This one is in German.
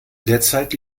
derzeit